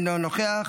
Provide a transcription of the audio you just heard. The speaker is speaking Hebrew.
אינו נוכח,